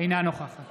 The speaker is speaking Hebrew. אינה נוכחת